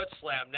Slam